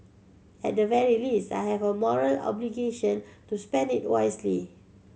at the very least I have a moral obligation to spend it wisely